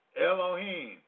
Elohim